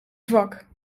zwak